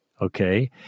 Okay